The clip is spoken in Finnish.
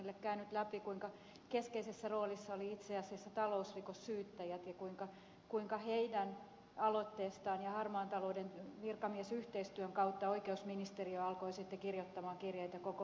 gustafssonille käynyt läpi kuinka keskeisessä roolissa itse asiassa olivat talousrikossyyttäjät ja kuinka heidän aloitteestaan ja harmaan talouden virkamiesyhteistyön kautta oikeusministeriö alkoi sitten kirjoittaa kirjeitä koko hallitukselle